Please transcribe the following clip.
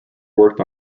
worked